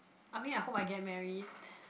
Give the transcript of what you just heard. I mean I hope I get married